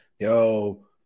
Yo